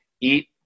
eat